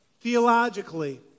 Theologically